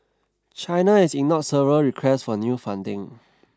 China has ignored several requests for new funding